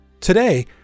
Today